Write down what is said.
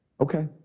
Okay